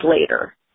later